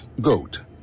GOAT